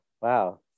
Wow